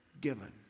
given